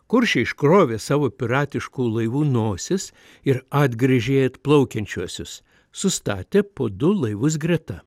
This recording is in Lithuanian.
kuršiai iškrovė savo piratiškų laivų nosis ir atgręžė į atplaukiančiuosius sustatė po du laivus greta